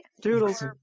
Doodles